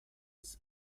its